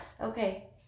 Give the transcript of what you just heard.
Okay